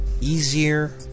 easier